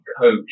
coach